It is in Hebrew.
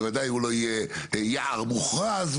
בוודאי שזה לא יהיה יער מוכרז,